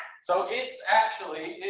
so it's actually,